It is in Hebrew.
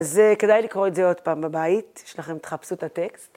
אז כדאי לקרוא את זה עוד פעם בבית, יש לכם, תחפשו את הטקסט.